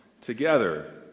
together